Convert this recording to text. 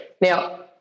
Now